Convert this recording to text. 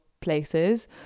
places